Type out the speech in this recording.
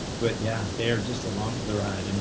but yeah, they're just along for the ride. and